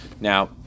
Now